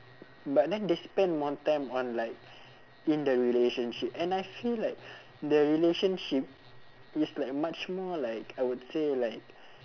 but then they spend more time on like in the relationship and I feel like the relationship is like much more like I would say like